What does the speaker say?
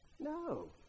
No